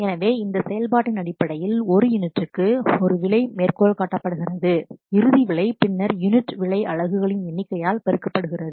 எனவே இந்த செயல்பாட்டின் அடிப்படையில் ஒரு யூனிட்டுக்கு ஒரு விலை மேற்கோள் காட்டப்படுகிறது இறுதி விலை பின்னர் யூனிட் விலை அலகுகளின் எண்ணிக்கையால் பெருக்கப்படுகிறது